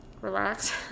relax